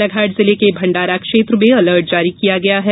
बालघाट जिले के भंडारा क्षेत्र में अलर्ट जारी किया है